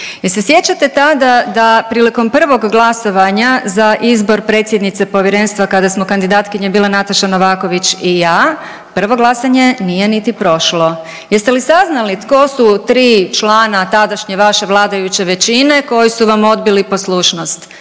Jel' se sjećate tada da prilikom prvog glasovanja za izbor predsjednice Povjerenstva kada smo kandidatkinje bile Nataša Novaković i ja prvo glasanje nije niti prošlo? Jeste li saznali tko su tri člana tadašnje vaše vladajuće većine koji su vam odbili poslušnost?